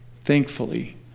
Thankfully